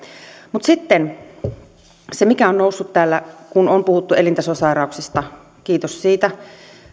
mutta sitten siihen mikä on noussut täällä kun on puhuttu elintasosairauksista kiitos siitä